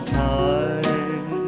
time